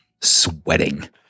sweating